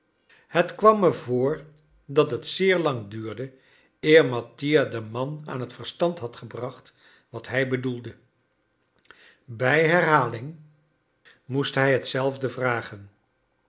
het kwam me voor dat het zeer lang duurde eer mattia den man aan het verstand had gebracht wat hij bedoelde bij herhaling moest hij hetzelfde vragen